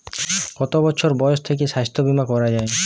কত বছর বয়স থেকে স্বাস্থ্যবীমা করা য়ায়?